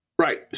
Right